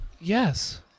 yes